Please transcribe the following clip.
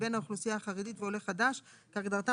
"בן האוכלוסיה החרדית" ו-"עולה חדש" כהגדרתם